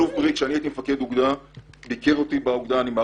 האלוף בריק ביקר אותי באוגדה כשאני הייתי מפקד אוגדה,